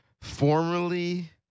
formerly